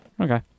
okay